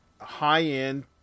High-end